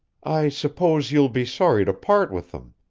i suppose you'll be sorry to part with them.